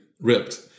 ripped